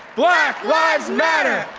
black lives matter.